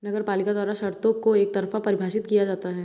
नगरपालिका द्वारा शर्तों को एकतरफा परिभाषित किया जाता है